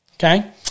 Okay